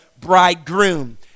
bridegroom